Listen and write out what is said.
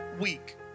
week